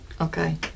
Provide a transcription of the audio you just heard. Okay